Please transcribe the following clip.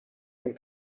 این